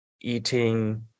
eating